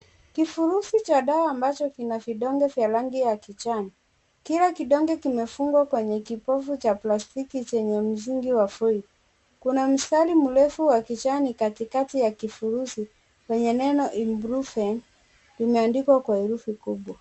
Kifurushi cha dawa ambacho kina vidonge vya rangi ya kijani, kila kidonge kimefungwa kwenye kipofu cha plastiki chenye msingi wa foili, kuna mstari mrefu wa kijani katikati ya kifurushi wenye neno ibrufen umeandikwa kwa herufi kubwa.